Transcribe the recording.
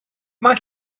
mae